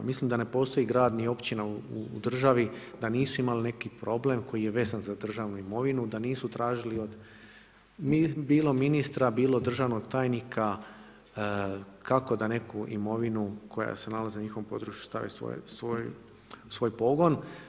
Mislim da ne postoji grad ni općina u državi da nisu imali neki problem koji je vezan za državnu imovinu, da nisu tražili bilo od ministra bilo od državnog tajnika kako da neku imovinu koja se nalazi na njihovom području stavi u svoj pogon.